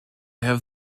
have